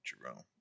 Jerome